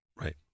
Right